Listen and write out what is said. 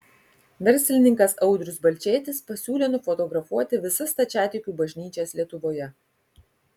verslininkas audrius balčėtis pasiūlė nufotografuoti visas stačiatikių bažnyčias lietuvoje